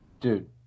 Dude